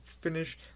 finish